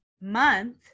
month